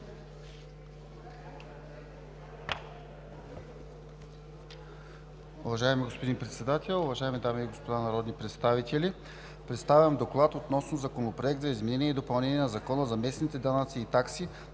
Уважаеми господин Председател, уважаеми дами и господа народни представители! Представям „ДОКЛАД относно Законопроект за изменение и допълнение на Закона за местните данъци и такси,